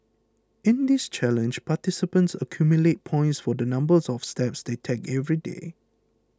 in this challenge participants accumulate points for the numbers of steps they take every day